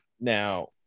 Now